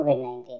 COVID-19